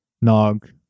Nog